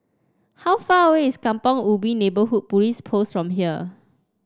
how far away is Kampong Ubi Neighbourhood Police Post from here